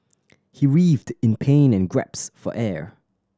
he writhed in pain and gasped for air